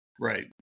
Right